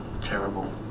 terrible